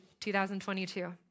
2022